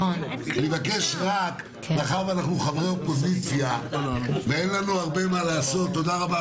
מאחר שאנחנו חברי אופוזיציה ואין לנו הרבה מה לעשות ברוח